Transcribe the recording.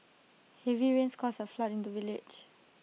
heavy rains caused A flood in the village